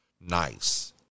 nice